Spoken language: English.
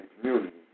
community